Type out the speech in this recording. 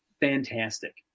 fantastic